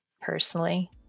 personally